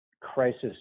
crisis